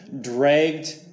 dragged